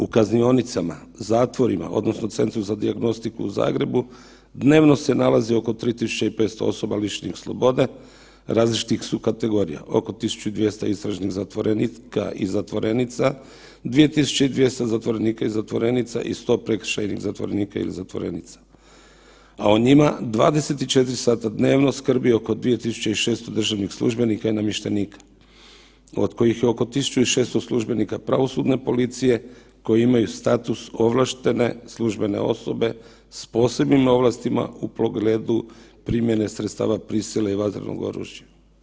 U kaznionicama, zatvorima odnosno Centru za dijagnostiku u Zagrebu dnevno se nalazi oko 3500 osoba lišenih slobode, različitih su kategorija, oko 1200 istražnih zatvorenika i zatvorenica, 2200 zatvorenika i zatvorenica i 100 prekršajnih zatvorenika ili zatvorenica, a o njima 24 sata dnevno skrbi oko 2600 državnih službenika i namještenika, od kojih je oko 1600 službenika pravosudne policije koji imaju status ovlaštene službene osobe s posebnim ovlastima u pogledu primjene sredstava prisile i vatrenog oružja.